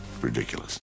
Ridiculous